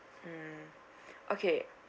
mm okay